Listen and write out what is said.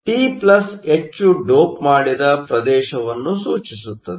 ಆದ್ದರಿಂದಪಿp ಹೆಚ್ಚು ಡೋಪ್ ಮಾಡಿದ ಪ್ರದೇಶವನ್ನು ಸೂಚಿಸುತ್ತದೆ